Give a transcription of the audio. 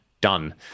done